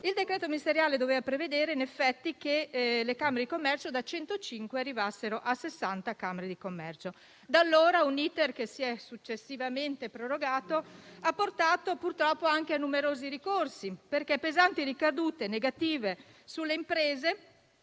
Il decreto ministeriale doveva prevedere, in effetti, che le camere di commercio da 105 arrivassero a 60. Da allora un *iter* che si è successivamente prorogato ha portato purtroppo anche a numerosi ricorsi, a causa delle pesanti ricadute negative sulle imprese